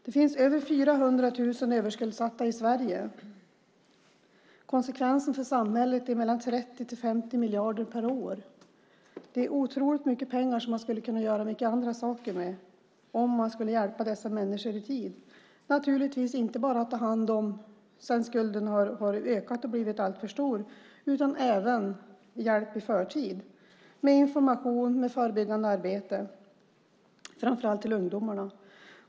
Det finns över 400 000 överskuldsatta personer i Sverige. Kostnaderna för samhället är 30-50 miljarder per år. Det är otroligt mycket pengar som man skulle kunna göra mycket annat med om man kunde hjälpa dessa människor i tid. Det handlar naturligtvis inte bara om att ta hand om skulden när den har blivit alltför stor, utan det handlar även om hjälp i förtid i form av information och förebyggande arbete, framför allt till ungdomar.